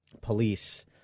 police